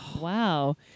Wow